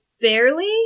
barely